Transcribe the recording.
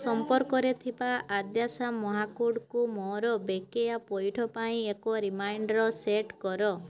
ସମ୍ପର୍କରେ ଥିବା ଆଦ୍ୟାଶା ମହାକୁଡ଼କୁ ମୋର ବକେୟା ପଇଠ ପାଇଁ ଏକ ରିମାଇଣ୍ଡର୍ ସେଟ୍ କର